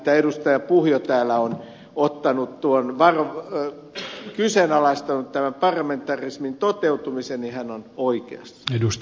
puhjo täällä on kyseenalaistanut tämän parlamentarismin toteutumisen hän on oikeassa